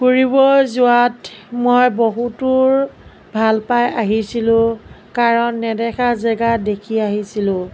ফুৰিব যোৱাত মই বহুতো ভাল পাই আহিছিলোঁ কাৰণ নেদেখা জেগা দেখি আহিছিলোঁ